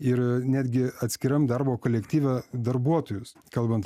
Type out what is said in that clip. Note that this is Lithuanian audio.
ir netgi atskiram darbo kolektyve darbuotojus kalbant